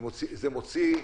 זה מוציא,